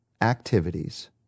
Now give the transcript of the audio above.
activities